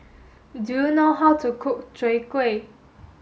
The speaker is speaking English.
do you know how to cook Chwee Kueh